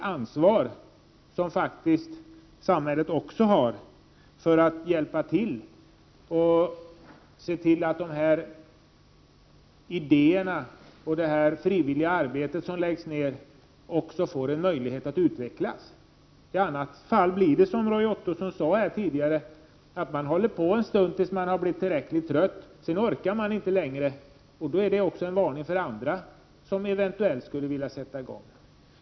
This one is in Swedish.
Samhället måste faktiskt ta sitt ansvar när det gäller att stödja sådan här verksamhet och se till att idéer och frivilligt arbete uppmuntras. På det sättet får vi en utveckling på detta område. I annat fall blir det som Roy Ottosson tidigare sade — nämligen att man håller på ett tag men att man så småningom tröttnar. Detta kan upplevas som en varning för andra som eventuellt skulle vilja starta en verksamhet.